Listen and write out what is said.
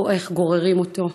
רואה איך גוררים אותו,